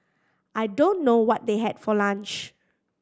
I don't know what they had for lunch